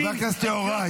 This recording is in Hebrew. חבר הכנסת יוראי.